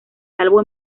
salvo